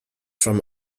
from